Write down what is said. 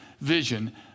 vision